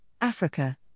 Africa